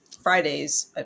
Fridays